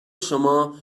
شما